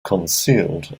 concealed